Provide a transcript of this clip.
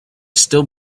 still